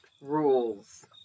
rules